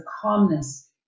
calmness